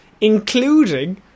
Including